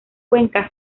cuenca